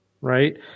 right